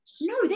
no